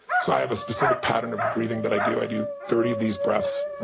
so i have a specific pattern of breathing that i do. i do thirty of these breaths,